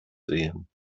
sehen